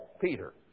Peter